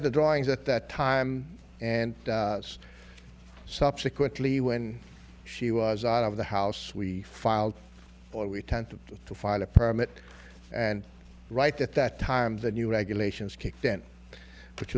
the drawings at that time and subsequently when she was out of the house we filed or we tend to file a permit and right at that time the new regulations kicked in which